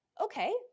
okay